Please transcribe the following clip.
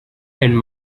and